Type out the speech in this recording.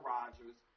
Rogers